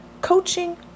Coaching